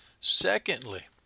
Secondly